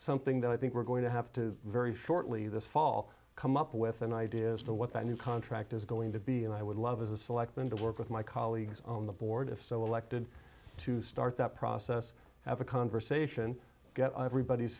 something that i think we're going to have to very shortly this fall come up with an idea as to what the new contract is going to be and i would love as a selectman to work with my colleagues on the board if so elected to start that process have a conversation get everybody's